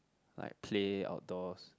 like play outdoors